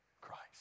Christ